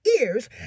ears